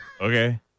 okay